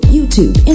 YouTube